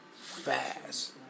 fast